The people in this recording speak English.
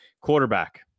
Quarterback